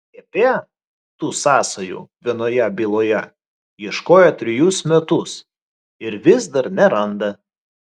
gp tų sąsajų vienoje byloje ieškojo trejus metus ir vis dar neranda